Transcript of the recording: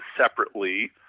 separately